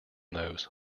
those